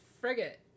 frigate